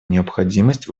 необходимость